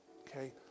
Okay